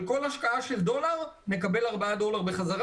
על כל השקעה של דולר נקבל ארבעה דולרים בחזרה